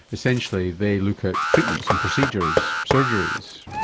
essentially they look at treatments and procedures, surgeries.